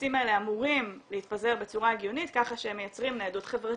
המסים האלה אמורים להתפזר בצורה הגיונית כך שהם מייצרים ניידות חברתית,